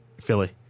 Philly